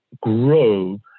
grow